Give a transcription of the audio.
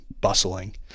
bustling